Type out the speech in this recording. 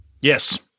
Yes